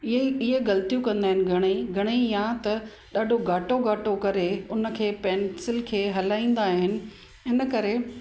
इहे ई ग़लतियूं कंदा आहिनि घणेई घणेई या त ॾाढो घाटो घाटो करे हुनखे पेंसिल खे हलाईंदा आहिनि हिनकरे